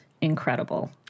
incredible